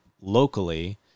Locally